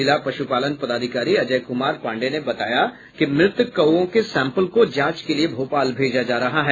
जिला पश्पालन पदाधिकारी अजय कुमार पाण्डेय ने बताया कि मृत कौओं के सैम्पल को जाँच के लिए भोपाल भेजा जा रहा है